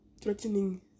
threatening